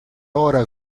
ora